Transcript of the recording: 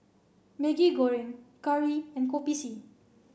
Maggi Goreng Curry and Kopi C